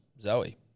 Zoe